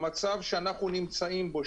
במצב שאנו נמצאים בו,